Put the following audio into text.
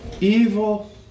Evil